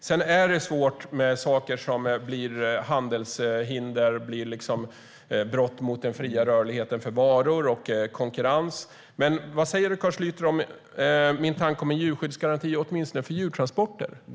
Sedan är det svårt med saker som blir handelshinder och innebär brott mot den fria rörligheten för varor och konkurrens. Men vad säger du, Carl Schlyter, om min tanke om en djurskyddsgaranti åtminstone för djurtransporter?